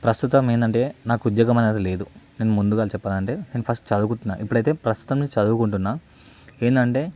ప్రస్తుతం ఏందంటే నాకు ఉద్యోగం అనేది లేదు నేను ముందుగాల చెప్పాలంటే నేను ఫస్ట్ చదువుకుంటున్నా ఎప్పుడైతే ప్రస్తుతం నేను చదువుకుంటున్న ఏందంటే